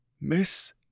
Miss